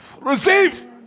Receive